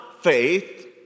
faith